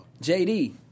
JD